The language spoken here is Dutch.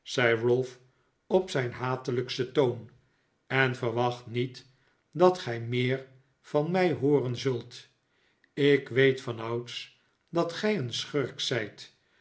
op zijn hatelijksten toon en verwacht niet dat gij meer van mij hooren zult ik weet vanouds dat gij een schurk zijt